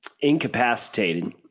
incapacitated